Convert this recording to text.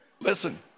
Listen